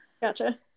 Gotcha